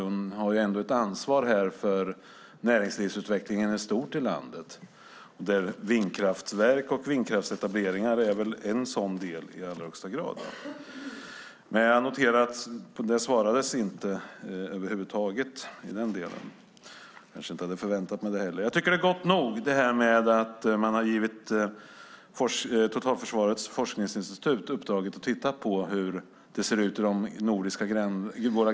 Hon har ändå ett ansvar för näringslivsutvecklingen i landet i stort, och där är vindkraftverk och vindkraftsetableringar väl i allra högsta grad en del. Jag noterar att detta inte besvarades över huvud taget. Jag hade kanske inte förväntat mig det heller. Jag tycker att det är gott nog att man har gett Totalförsvarets forskningsinstitut uppdraget att titta på hur det ser ut i våra grannländer.